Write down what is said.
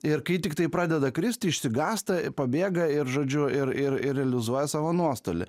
ir kai tiktai pradeda kristi išsigąsta pabėga ir žodžiu ir ir ir realizuoja savo nuostolį